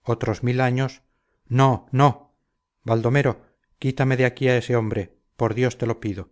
otros mil años no no baldomero quítame de aquí a ese hombre por dios te lo pido